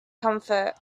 comfort